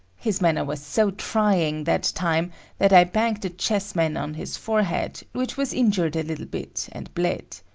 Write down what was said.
his manner was so trying that time that i banged a chessman on his forehead which was injured a little bit and bled.